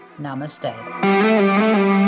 Namaste